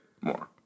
more